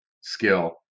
skill